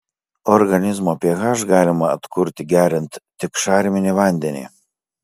organizmo ph galima atkurti geriant tik šarminį vandenį